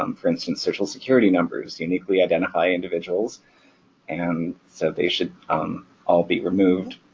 um for instance, social security numbers uniquely identify individuals and so they should all be removed